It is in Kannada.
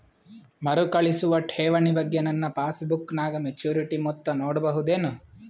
ಮರುಕಳಿಸುವ ಠೇವಣಿ ಬಗ್ಗೆ ನನ್ನ ಪಾಸ್ಬುಕ್ ನಾಗ ಮೆಚ್ಯೂರಿಟಿ ಮೊತ್ತ ನೋಡಬಹುದೆನು?